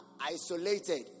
isolated